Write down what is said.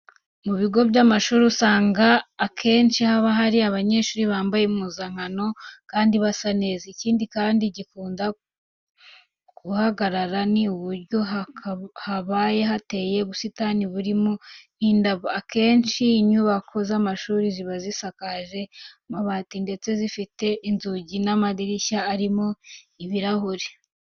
Mu bigo by'amashuri usanga akenshi haba hari abanyeshuri bambaye impuzankano kandi basa neza. Ikindi kandi gikunda kuharanga ni uburyo haba hateye ubusitani burimo n'indabo. Akenshi inyubako z'amashuri ziba zisakaje amabati ndetse zifite inzugi n'amadirishya arimo ibirahure.